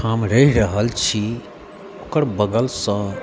ठाम रहि रहल छी ओकर बगलसँ